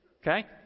Okay